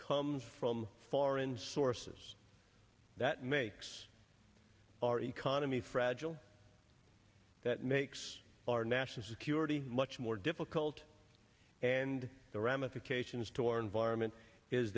comes from foreign sources that makes our economy fragile that makes our national security much more difficult and the ramifications to our environment is